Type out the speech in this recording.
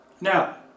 Now